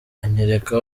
anyereka